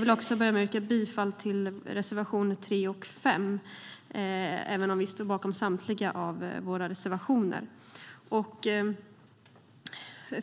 vill börja med att yrka bifall till reservationerna 3 och 5, även om vi står bakom samtliga våra reservationer.